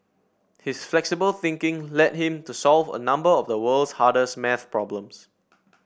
his flexible thinking led him to solve a number of the world's hardest maths problems